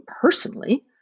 personally